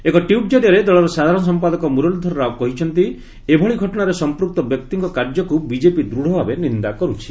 ଏକ ଟ୍ୱିଟ୍ ଜରିଆରେ ଦଳର ସାଧାରଣ ସମ୍ପାଦକ ମୁରଲୀଧର ରାଓ କହିଛନ୍ତି ଏଭଳି ଘଟଣାରେ ସମ୍ପୂକ୍ତ ବ୍ୟକ୍ତିଙ୍କ କାର୍ଯ୍ୟକୁ ବିଜେପି ଦୃଢ଼ଭାବେ ନିନ୍ଦା କରୁଛି